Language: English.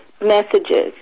messages